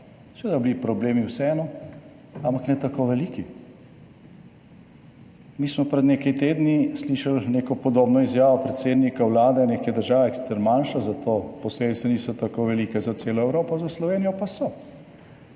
Seveda bi bili problemi vseeno, ampak ne tako veliki. Mi smo pred nekaj tedni slišali neko podobno izjavo predsednika vlade neke države, ki je sicer manjša, zato posledice niso tako velike za celo Evropo, za Slovenijo pa so.